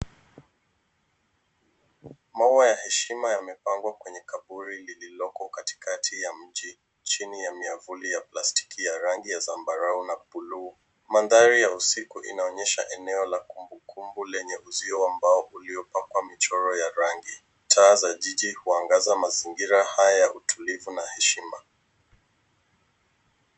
Maua ya heshima yamepandwa kwenye kaburi lililoko katikati ya mchi chini ya miavuli ya plastiki ya rangi ya zambarau na bluu. Mandhari ya usiku inaonyesha eneo la kumbukumbu lenye uzio wa mbao uliopakwa mchoro ya rangi. Taa za jiji huangaza mazingira haya ya utulivu na heshima.